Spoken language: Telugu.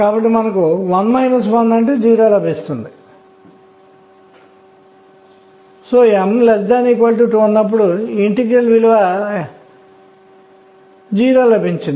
కాబట్టి ms అనేది ½ లేదా ½ కావచ్చు ఎలక్ట్రాన్ల సంఖ్య ఇది 2 అవుతుంది దీనిలో కూడా l 1 ను కలిగి ఉంటాను